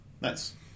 nice